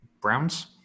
Browns